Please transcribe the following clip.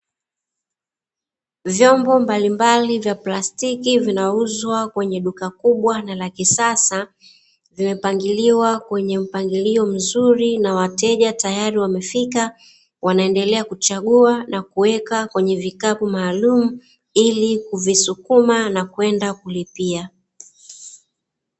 Vyombo mbalimbali vya plastiki vinauzwa kwenye duka kubwa na la kisasa. Vimepangiliwa kwenye mpangilio mzuri na wateja tayari wamefika, wanaendelea kuchagua na kuweka kwenye vikapu maalumu, ili kuvisukuma na kwenda kulipia.